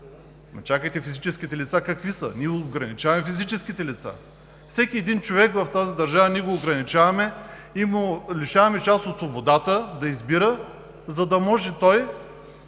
чакайте! Физическите лица какви са? Ние ограничаваме физическите лица. Всеки един човек в тази държава ние го ограничаваме и го лишаваме с част от свободата да избира, за да може той